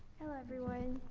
hello, everyone.